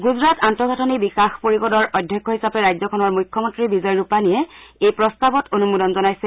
গুজৰাট আন্তঃগাঁথনি বিকাশ পৰিষদৰ অধ্যক্ষ হিচাপে ৰাজ্যখনৰ মুখ্যমন্ত্ৰী বিজয় ৰূপানীয়ে এই প্ৰস্তাৱত অনুমোদন জনাইছে